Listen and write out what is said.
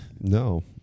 No